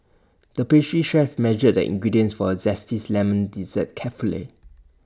the pastry chef measured the ingredients for A zesties Lemon Dessert carefully